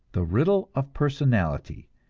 the riddle of personality,